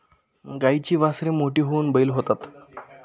गाईची वासरे मोठी होऊन बैल होतात